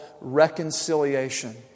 reconciliation